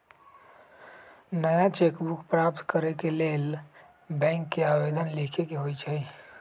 नया cheque book प्राप्त करेके लेल बैंक के आवेदन लीखे के होइ छइ